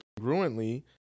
congruently